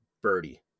birdie